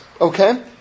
Okay